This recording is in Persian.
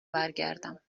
برگردم